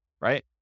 Right